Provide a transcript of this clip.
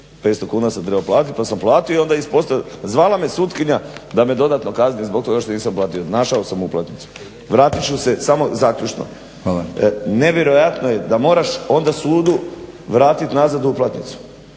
500 kuna sam trebao platiti pa sam platio. I onda zvala me sutkinja da me dodatno kazni zbog toga što nisam platio. Našao sam uplatnicu. Vratit ću se samo zaključno. …/Upadica Batinić: Hvala./… Nevjerojatno je da moraš onda sudu vratiti nazad uplatnicu.